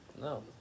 No